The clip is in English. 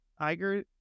Iger